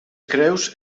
creus